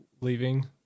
leaving